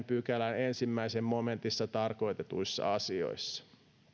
pykälän ensimmäisessä momentissa tarkoitetuissa asioissa